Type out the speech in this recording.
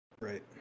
Right